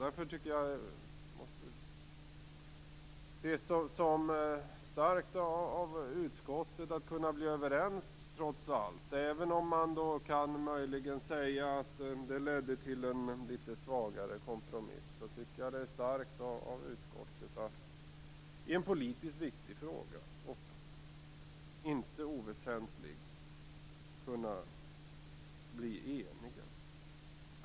Därför tycker jag att det måste ses som starkt av utskottet att trots allt kunna bli överens. Även om man möjligen kan säga att det ledde till en svagare kompromiss, så tycker jag att det är starkt av utskottet att kunna nå enighet i en politiskt viktig och inte oväsentlig fråga.